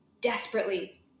desperately